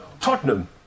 Tottenham